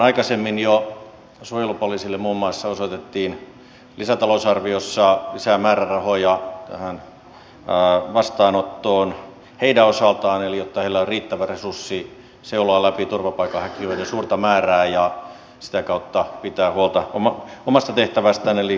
aikaisemmin jo suojelupoliisille muun muassa osoitettiin lisätalousarviossa lisää määrärahoja tähän vastaanottoon heidän osaltaan jotta heillä on riittävä resurssi seuloa läpi turvapaikanhakijoiden suurta määrää ja sitä kautta pitää huolta omasta tehtävästään eli sisäisestä turvallisuudesta